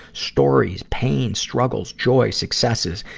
stories, pains, struggles, joys, successes,